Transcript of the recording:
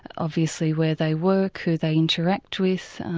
obviously where they work, who they interact with,